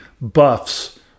buffs